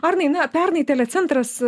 arnai na pernai telecentras